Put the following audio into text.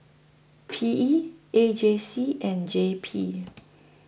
P E A J C and J P